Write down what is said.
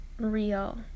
real